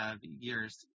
years